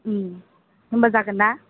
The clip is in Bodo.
होम्बा जागोन ना